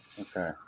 Okay